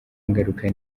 ngaruka